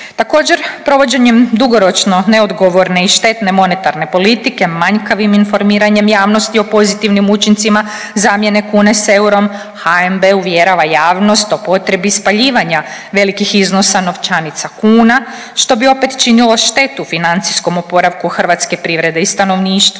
Također provođenjem dugoročno neodgovorne i štetne monetarne politike manjkavim informiranjem javnosti o pozitivnim učincima zamjene kune s eurom HNB uvjerava javnost o potrebi spaljivanja velikih iznosa novčanica kuna što bi opet činilo štetu financijskom oporavku hrvatske privrede i stanovništva,